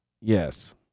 Yes